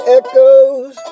echoes